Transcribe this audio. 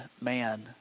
man